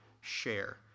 share